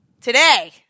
today